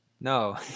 No